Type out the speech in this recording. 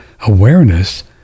awareness